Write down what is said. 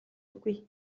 үгүй